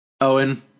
Owen